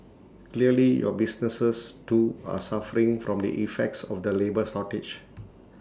clearly your businesses too are suffering from the effects of the labour shortage